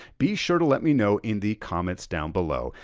be sure to let me know in the comments down below.